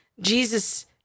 Jesus